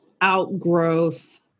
outgrowth